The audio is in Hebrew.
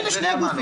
אלה שני הגופים.